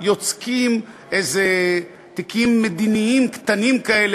יוצקים איזה תיקים מדיניים קטנים כאלה,